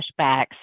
flashbacks